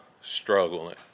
struggling